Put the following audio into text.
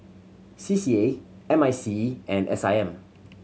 C C A M I C E and S I M